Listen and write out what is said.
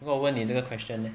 如果我问你这个 question leh